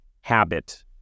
habit